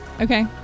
Okay